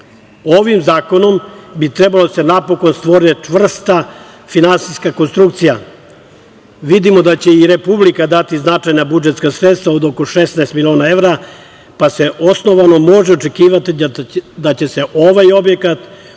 zakonom bi trebalo da se napokon stvori čvrsta finansijska konstrukcija. Vidimo da će i republika dati značajna budžetska sredstva od oko 16 miliona evra, pa se osnovano može očekivati da će se ovaj objekat